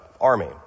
army